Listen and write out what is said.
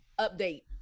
update